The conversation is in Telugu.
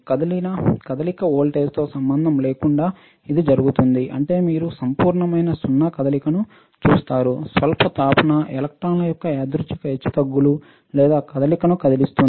కదలిక వోల్టేజ్తో సంబంధం లేకుండా ఇది జరుగుతుంది అంటే మీరు సంపూర్ణమైన సున్నా కదలికను చూస్తారు స్వల్ప తాపన ఎలక్ట్రాన్ల యొక్క యాదృచ్ఛిక హెచ్చుతగ్గులు లేదా కదలికను కలిగిస్తుంది